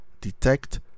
detect